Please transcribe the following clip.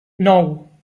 nou